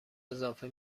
اضافه